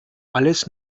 alles